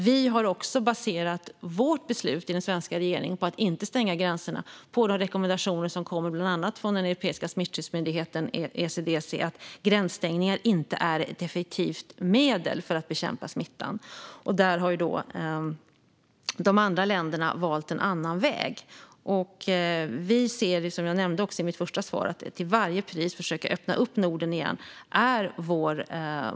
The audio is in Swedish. Vi har dock också baserat vårt beslut i den svenska regeringen att inte stänga gränserna på de rekommendationer som kommer bland annat från den europeiska smittskyddsmyndigheten ECDC om att gränsstängningar inte är ett effektivt medel för att bekämpa smittan. Där har de andra länderna valt en annan väg. Som jag nämnde i mitt första svar ser vi det som vår ambition att till varje pris försöka öppna upp Norden igen.